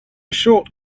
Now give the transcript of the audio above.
short